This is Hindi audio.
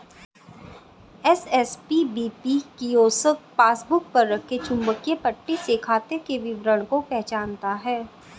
एस.एस.पी.बी.पी कियोस्क पासबुक पर रखे चुंबकीय पट्टी से खाते के विवरण को पहचानता है